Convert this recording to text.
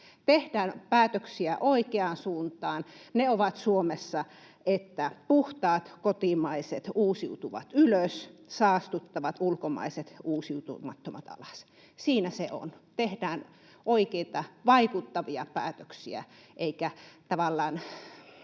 Tehdään päätöksiä oikeaan suuntaan: puhtaat, kotimaiset, uusiutuvat ylös Suomessa ja saastuttavat, ulkomaiset, uusiutumattomat alas. Siinä se on. Tehdään oikeita, vaikuttavia päätöksiä eikä tavallaan